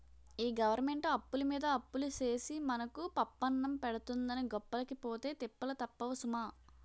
ఈ గవరమెంటు అప్పులమీద అప్పులు సేసి మనకు పప్పన్నం పెడతందని గొప్పలకి పోతే తిప్పలు తప్పవు సుమా